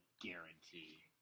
guarantee